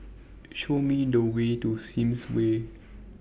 Show Me The Way to Sims Way